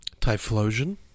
Typhlosion